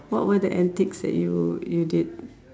what were the antics that you you did